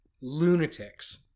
lunatics